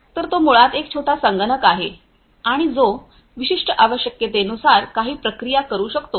तर तो मुळात एक छोटा संगणक आहे आणि जो विशिष्ट आवश्यकतेनुसार काही प्रक्रिया करू शकतो